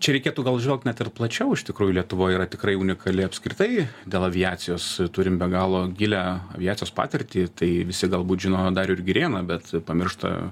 čia reikėtų gal žinok net ir plačiau iš tikrųjų lietuvoj yra tikrai unikali apskritai dėl aviacijos turim be galo gilią aviacijos patirtį tai visi galbūt žino darių ir girėną bet pamiršta